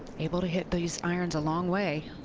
able to hit these irons a long way.